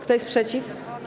Kto jest przeciw?